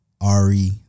Ari